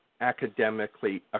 academically